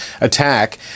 attack